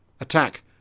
Attack